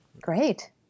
Great